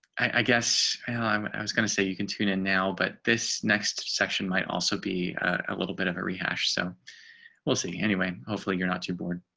i guess um i was gonna say you can tune in. now, but this next section might also be ah little bit of a rehash so we'll see. anyway, hopefully you're not too bored.